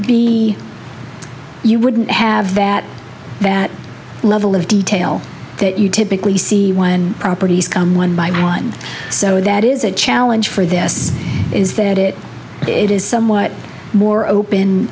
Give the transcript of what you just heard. be you wouldn't have that that level of detail that you typically see when properties come one by one so that is a challenge for this is that it it is somewhat more open